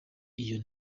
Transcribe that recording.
iyo